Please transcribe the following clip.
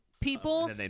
people